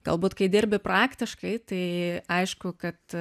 galbūt kai dirbi praktiškai tai aišku kad